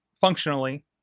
functionally